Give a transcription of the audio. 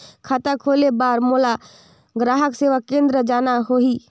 खाता खोले बार मोला ग्राहक सेवा केंद्र जाना होही?